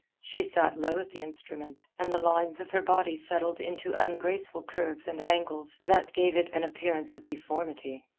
she sat low at the instrument, and the lines of her body settled into ungraceful curves and angles that gave it an appearance of deformity.